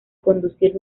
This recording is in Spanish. conducir